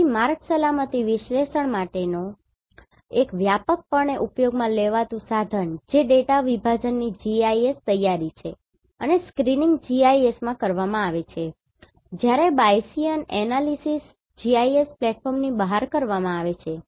તેથી માર્ગ સલામતી વિશ્લેષણ માટેનો એક વ્યાપકપણે ઉપયોગમાં લેવાતું સાધન જે ડેટા વિભાજનની GIS તૈયારી છે અને સ્ક્રીનીંગ GIS માં કરવામાં આવે છે જ્યારે બાયસીઅન એનાલિસિસ GIS પ્લેટફોર્મની બહાર કરવામાં આવે છે